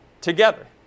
together